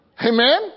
Amen